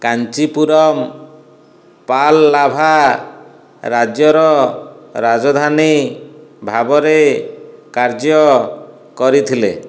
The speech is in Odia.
କାଞ୍ଚିପୁରମ୍ ପାଲଲାଭା ରାଜ୍ୟର ରାଜଧାନୀ ଭାବରେ କାର୍ଯ୍ୟ କରିଥିଲେ